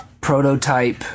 prototype